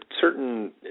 certain